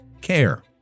care